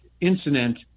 incident